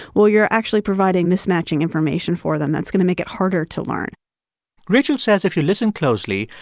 well, you're actually providing mismatching information for them. that's going to make it harder to learn rachel says, if you listen closely,